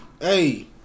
hey